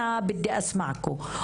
זה לא רק הכאב,